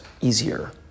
easier